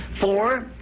Four